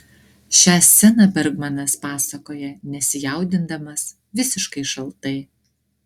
šią sceną bergmanas pasakoja nesijaudindamas visiškai šaltai